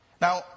Now